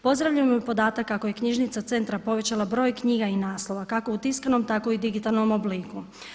Pozdravljam i podatak kako je knjižnica centra povećala broj knjiga i naslova kako u tiskanom, tako i u digitalnom obliku.